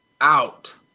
out